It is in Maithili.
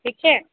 ठीक छै